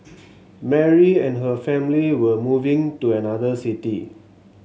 Mary and her family were moving to another city